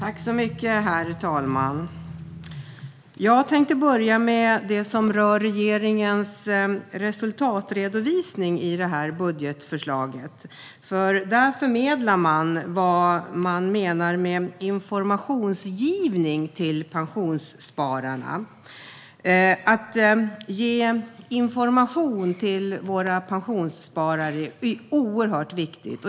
Herr talman! Jag tänkte börja med det som rör regeringens resultatredovisning i detta budgetförslag, för där förmedlar man vad man menar med informationsgivning till pensionsspararna. Att ge information till våra pensionssparare är oerhört viktigt.